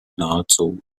nahezu